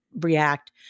react